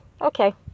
okay